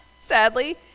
sadly